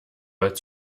als